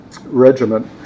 regiment